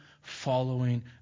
following